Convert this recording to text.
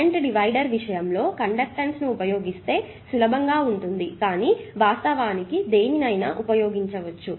current divider విషయంలో conductance ఉపయోగిస్తే సులభంగా ఉంటుంది కానీ వాస్తవానికి మీరు ఏదైనా ఉపయోగించవచ్చు